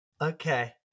Okay